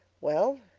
well,